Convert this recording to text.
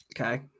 Okay